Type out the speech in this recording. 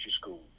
school